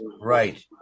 right